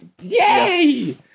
Yay